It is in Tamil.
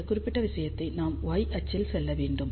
இந்த குறிப்பிட்ட விஷயத்தில் நாம் y அச்சில் செல்ல வேண்டும்